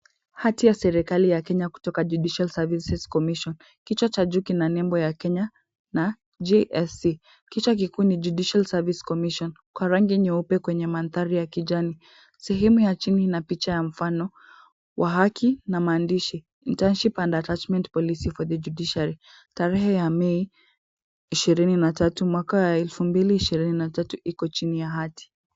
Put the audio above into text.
Hati ya Kenya kutoka Judicial Service Commission kichwa cha juu kina nembo ya Kenya JSC kichwa cha juu kina nembo Judicial Service Commission kwa rangi nyeupe na maandishi ya kijani. Sehemu ya chini ina mfano wa haki na maandishi Internship for the police for the Judiciary . Tarehe ya mei 23, 2023 iko chini ya hati.